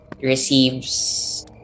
receives